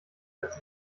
als